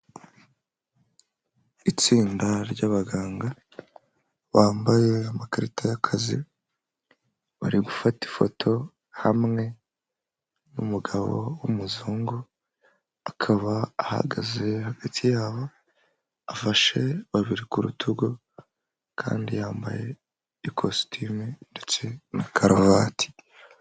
Itsinda ry'abaganga bambaye amakarita y'akazi bari gufata ifoto hamwe n'umugabo w'umuzungu, akaba ahagaze hagati yabo afashe babiri ku rutugu kandi yambaye ikositimu ndetse na karuvati.